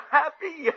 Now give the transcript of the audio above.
happy